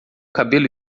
cabelo